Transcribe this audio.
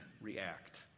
react